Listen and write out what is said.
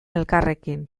elkarrekin